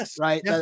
right